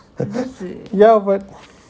yeah but